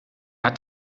hat